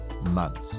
months